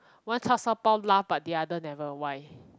one char-shao-bao laugh but the other never why